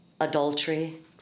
adultery